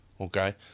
Okay